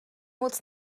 moc